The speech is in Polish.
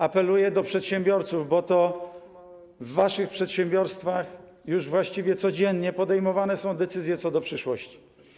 Apeluję do przedsiębiorców, bo to w waszych przedsiębiorstwach już właściwie codziennie podejmowane są decyzje co do przyszłości.